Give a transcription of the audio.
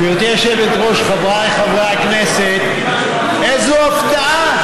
גברתי היושבת-ראש, חבריי חברי הכנסת, איזו הפתעה,